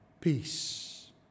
peace